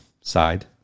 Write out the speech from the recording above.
side